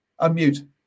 Unmute